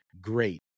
great